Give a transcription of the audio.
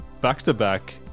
back-to-back